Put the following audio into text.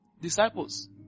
Disciples